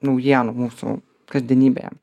naujienų mūsų kasdienybėje